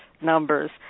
numbers